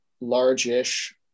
large-ish